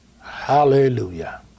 Hallelujah